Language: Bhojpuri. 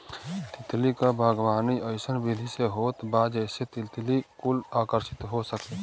तितली क बागवानी अइसन विधि से होत बा जेसे तितली कुल आकर्षित हो सके